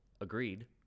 agreed